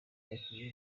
abakinnyi